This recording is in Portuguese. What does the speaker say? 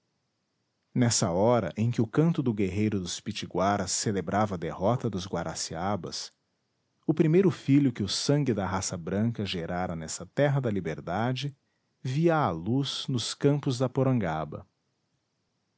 nessa hora em que o canto guerreiro dos pitiguaras celebrava a derrota dos guaraciabas o primeiro filho que o sangue da raça branca gerara nessa terra da liberdade via a luz nos campos da porangaba